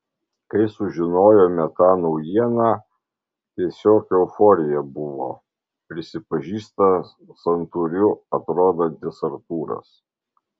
kai sužinojome tą naujieną tiesiog euforija buvo prisipažįsta santūriu atrodantis artūras